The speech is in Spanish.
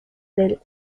del